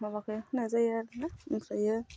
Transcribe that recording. माबाखौ होनाय जायो आरो ना ओमफ्रायो